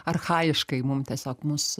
archajiškai mum tiesiog mus